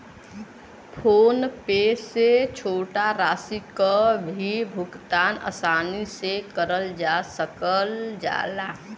phone पे से छोटा राशि क भी भुगतान आसानी से करल जा सकल जाला